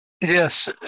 Yes